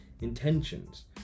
intentions